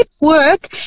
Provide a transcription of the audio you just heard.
work